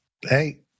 Hey